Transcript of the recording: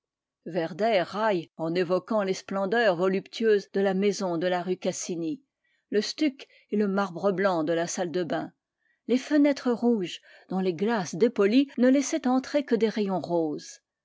werdet raille en évoquant les splendeurs voluptueuses de la maison de la rue cassini le stuc et le marbre blanc de la salle de bains les fenêtres rouges dont les glaces dépolies ne laissaient entrer que des rayons roses